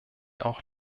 auch